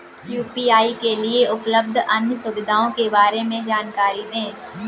UPI के लिए उपलब्ध अन्य सुविधाओं के बारे में जानकारी दें?